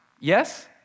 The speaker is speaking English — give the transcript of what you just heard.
Yes